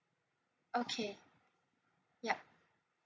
okay yeah